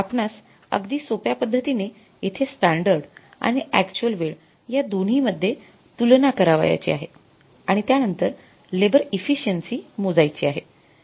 आपणास अगदी सॊप्या पद्धतीने येथे स्टॅंडर्ड आणि अक्चुअल वेळ या दोन्ही मध्ये तुलना करावयाची आहे आणि त्या नंतर लेबर इफिसिएन्सी मोजायची आहे